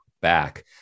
back